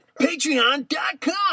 Patreon.com